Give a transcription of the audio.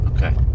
Okay